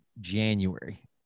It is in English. January